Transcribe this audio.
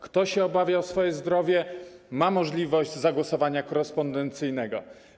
Kto się obawia o swoje zdrowie, ma możliwość zagłosowania korespondencyjnego.